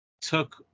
took